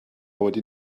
wedi